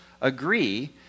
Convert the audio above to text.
agree